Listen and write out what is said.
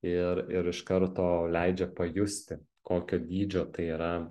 ir ir iš karto leidžia pajusti kokio dydžio tai yra